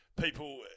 People